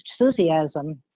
enthusiasm